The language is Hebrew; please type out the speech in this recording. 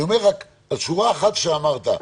על שורה אחת שאמרת,